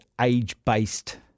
age-based